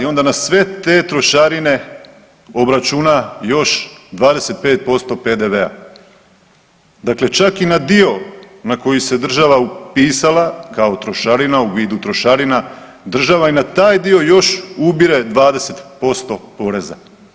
Onda na sve te trošarine obračuna još 25% PDV-a, dakle čak i na dio na koji se država upisala kao trošarina, u vidu trošarina, država i na taj dio još ubire 20% poreza.